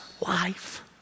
life